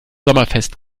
sommerfest